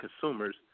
consumers